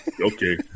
Okay